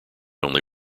only